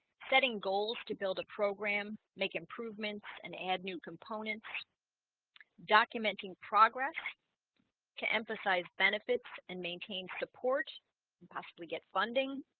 setting goals to build a program, make improvements and add new components documenting progress to emphasize benefits and maintain support possibly get funding,